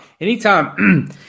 Anytime